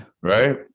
Right